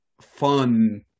fun